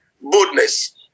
Boldness